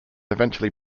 eventually